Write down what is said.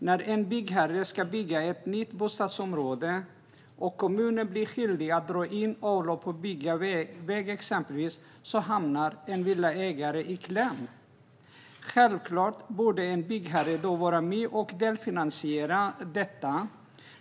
När en byggherre ska bygga ett nytt bostadsområde och kommunen blir skyldig att exempelvis dra in avlopp och bygga vägar hamnar villaägare i kläm. Självklart borde byggherren då vara med och delfinansiera detta.